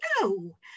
no